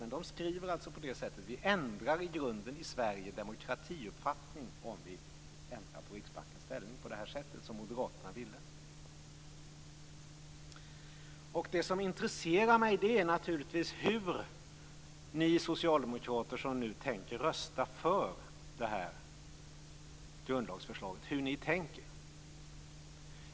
Men de skriver alltså att vi i Sverige i grunden ändrar demokratiuppfattning om vi ändrar på Riksbankens ställning på det sätt som moderaterna ville. Det som intresserar mig är naturligtvis hur ni socialdemokrater, som nu tänker rösta för det här grundlagsförslaget, tänker.